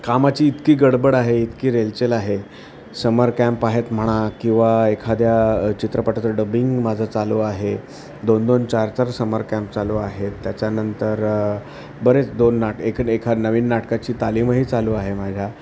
कामाची इतकी गडबड आहे इतकी रेलचेल आहे समर कॅम्प आहेत म्हणा किंवा एखाद्या चित्रपटाचं डबिंग माझं चालू आहे दोन दोन चार चार समर कॅम्प चालू आहे त्याच्यानंतर बरेच दोन नाट एख एखा नवीन नाटकाची तालिमही चालू आहे माझ्या